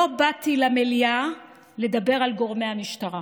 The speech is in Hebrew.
לא באתי למליאה לדבר על גורמי המשטרה